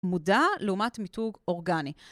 מודע, לעומת מיתוג אורגני.